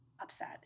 upset